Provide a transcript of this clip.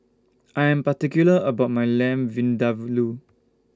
I Am particular about My Lamb Vindaveloo